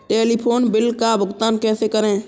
Telephone bill का भुगतान कैसे करें?